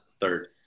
third